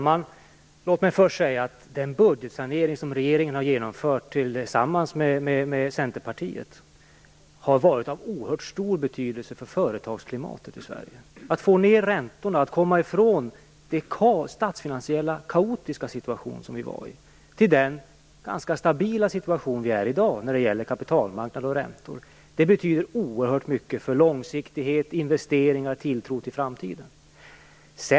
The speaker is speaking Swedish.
Herr talman! Den budgetsanering som regeringen har genomfört tillsammans med Centerpartiet har varit av oerhört stor betydelse för företagsklimatet i Sverige. Att få ned räntorna, att komma från den statsfinansiellt kaotiska situation som vi befann oss i till den ganska stabila situation vi befinner oss i i dag när det gäller kapitalmarknad och räntor, det betyder oerhört mycket för långsiktighet, investeringar och tilltro till framtiden.